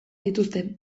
dituzte